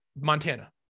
Montana